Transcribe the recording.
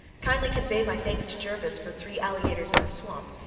kindly convey my thanks to jervis for three alligators in a swamp.